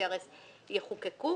ה-CRS יחוקקו.